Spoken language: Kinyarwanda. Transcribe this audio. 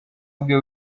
bwe